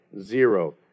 zero